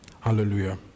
Hallelujah